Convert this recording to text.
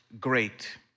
great